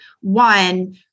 one